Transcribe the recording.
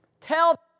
Tell